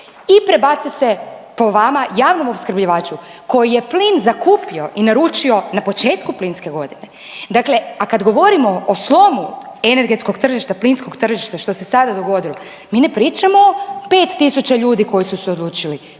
i prebace se po vama javnom opskrbljivaču koji je plin zakupio i naručio na početku plinske godine. Dakle, a kad govorimo o slomu energetskog tržišta, plinskog tržišta što se sada dogodilo mi ne pričamo o 5000 ljudi koji su se odlučili